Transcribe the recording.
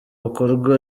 bukorwa